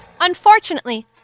Unfortunately